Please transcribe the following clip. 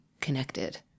connected